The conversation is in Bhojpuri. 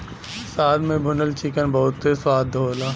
शहद में भुनल चिकन बहुते स्वाद होला